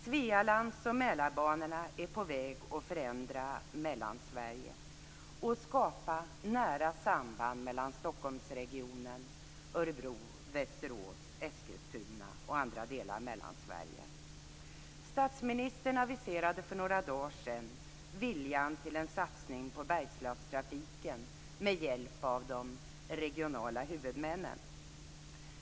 Svealandsoch Mälarbanan är på väg att förändra Mellansverige och skapa nära samband mellan Stockholmsregionen, Statsministern aviserade för några dagar sedan viljan till en satsning på Bergslagstrafiken med hjälp av de regionala huvudmännen.